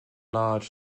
large